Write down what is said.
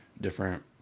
different